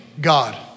God